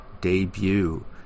debut